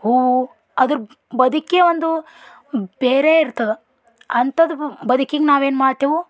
ಹೂವು ಅದರ ಬದುಕೆ ಒಂದು ಬೇರೆ ಇರ್ತದೆ ಅಂಥದ್ದು ಬದಿಕಿಗ್ ನಾವೇನು ಮಾಡ್ತೇವೆ